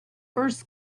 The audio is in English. first